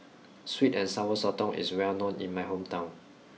sweet and sour Sotong is well known in my hometown